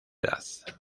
edad